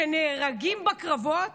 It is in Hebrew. שנהרגים בקרבות.